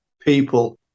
people